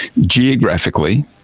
Geographically